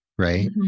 right